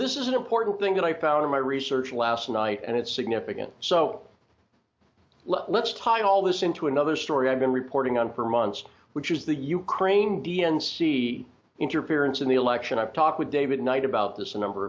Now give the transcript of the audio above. this is an important thing that i found in my research last night and it's significant so let's talk all this into another story i've been reporting on for months which is the ukraine d n c interference in the election i've talked with david knight about this a number